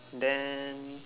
then